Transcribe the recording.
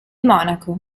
monaco